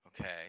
Okay